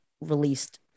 released